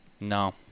No